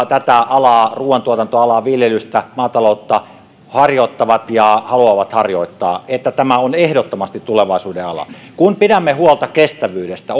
tätä alaa ruuantuotantoalaa viljelystä maataloutta harjoittavat ja haluavat harjoittaa että tämä on ehdottomasti tulevaisuuden ala kun pidämme huolta kestävyydestä